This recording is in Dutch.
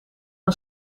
een